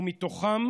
ומתוכם